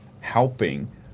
helping